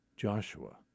Joshua